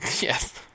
Yes